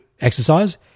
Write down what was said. exercise